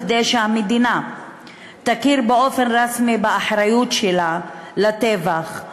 כדי שהמדינה תכיר באופן רשמי באחריות שלה לטבח,